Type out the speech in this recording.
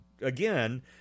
again